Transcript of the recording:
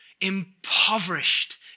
impoverished